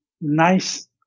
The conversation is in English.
nice